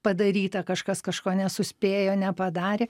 padaryta kažkas kažko nesuspėjo nepadarė